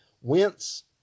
whence